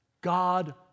God